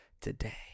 today